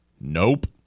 Nope